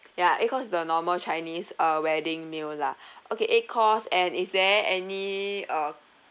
ya eight course is the normal chinese uh wedding meal lah okay eight course and is there any uh